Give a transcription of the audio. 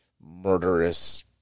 murderous